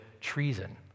treason